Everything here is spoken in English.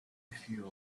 few